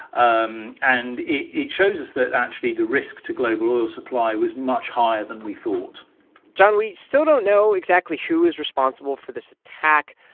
um and it it shows us that, actually, the risk to global oil supply was much higher than we thought john, we still don't know exactly who is responsible for this attack.